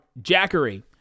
Jackery